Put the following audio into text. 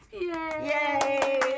Yay